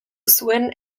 zuen